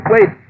Wait